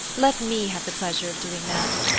let me have the pleasure of doing that!